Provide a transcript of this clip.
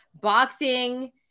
boxing